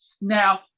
Now